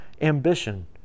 ambition